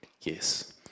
Yes